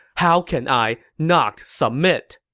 how can i not submit!